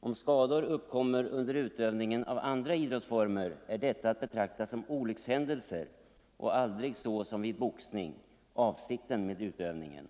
Om skador uppkommer under utövningen av andra idrottsformer är detta att betrakta som olyckshändelser och aldrig så som vid boxning avsikten med utövningen.